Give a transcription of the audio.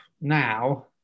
now